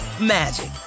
magic